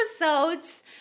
episodes